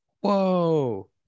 Whoa